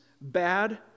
bad